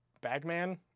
Bagman